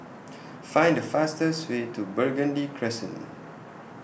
Find The fastest Way to Burgundy Crescent